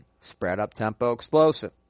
spread-up-tempo-explosive